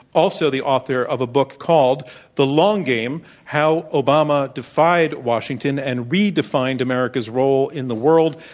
also the author of a book called the long game how obama defied washington and redefined america's role in the world,